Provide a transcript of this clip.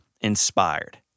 inspired